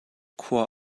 khua